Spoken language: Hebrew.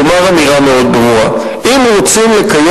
לומר אמירה מאוד ברורה: אם רוצים לקיים